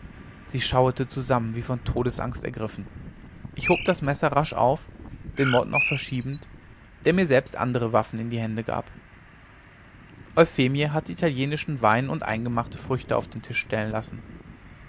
sie schauerte zusammen wie von todesangst ergriffen ich hob das messer rasch auf den mord noch verschiebend der mir selbst andere waffen in die hände gab euphemie hatte italienischen wein und eingemachte früchte auf den tisch stellen lassen